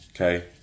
Okay